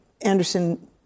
Anderson